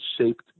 shaped